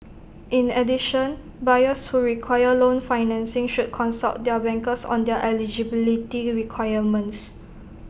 in addition buyers who require loan financing should consult their bankers on their eligibility requirements